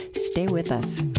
stay with us